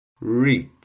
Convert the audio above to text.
reach